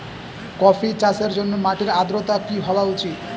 Coffee চাষের জন্য মাটির আর্দ্রতা কি হওয়া উচিৎ?